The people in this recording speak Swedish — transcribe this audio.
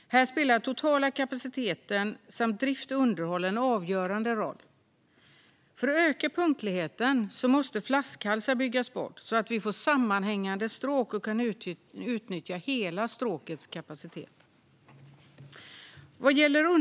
Här spelar totala kapaciteten samt drift och underhåll en avgörande roll. För att öka punktligheten måste flaskhalsar byggas bort så att vi får sammanhängande stråk och kan utnyttja hela stråkets kapacitet.